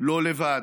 לא לבד.